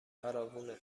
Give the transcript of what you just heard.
فراوونه